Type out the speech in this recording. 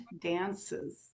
dances